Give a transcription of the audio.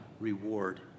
reward